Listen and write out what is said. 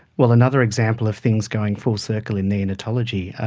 well, another example of things going full circle in neonatology.